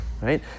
right